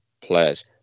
players